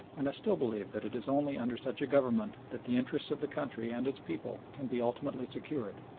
and i still believe that it is only under such a government that the interests of the country and its people can be ultimately secured,